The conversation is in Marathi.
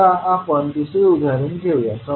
आता आपण दुसरे उदाहरण घेऊया